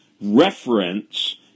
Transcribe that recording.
reference